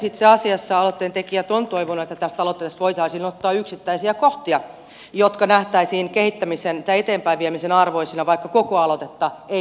itse asiassa aloitteen tekijät ovat toivoneet että tästä aloitteesta voitaisiin ottaa yksittäisiä kohtia jotka nähtäisiin kehittämisen tai eteenpäinviemisen arvoisina vaikka koko aloitetta ei voisi kannattaa